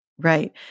Right